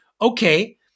okay